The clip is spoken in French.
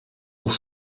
pour